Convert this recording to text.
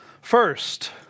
First